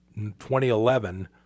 2011